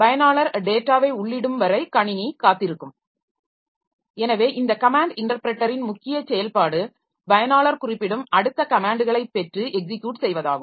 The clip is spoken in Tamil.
பயனாளர் டேட்டாவை உள்ளிடும்வரை கணினி காத்திருக்கும் எனவே இந்த கமேன்ட் இன்டர்ப்ரெட்டரின் முக்கிய செயல்பாடு பயனாளர் குறிப்பிடும் அடுத்த கமேன்ட்களை பெற்று எக்ஸிக்யூட் செய்வதாகும்